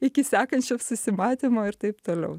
iki sekančio susimatymo ir taip toliau